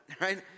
right